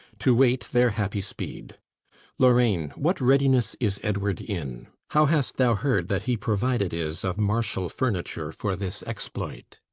to wait their happy speed lorraine, what readiness is edward in? how hast thou heard that he provided is of marshall furniture for this exploit?